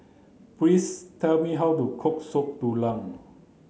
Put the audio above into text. please tell me how to cook soup Tulang